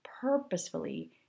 purposefully